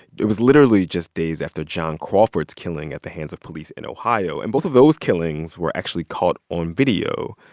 it was literally just days after john crawford's killing at the hands of police in ohio. and both of those killings were actually caught on video.